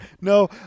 No